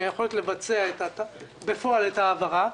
את היכולת לבצע בפועל את ההעברה,